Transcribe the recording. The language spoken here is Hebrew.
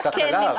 זה תקלה.